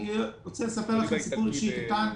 אני רוצה לספר לכם סיפור אישי קטן,